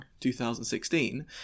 2016